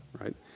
right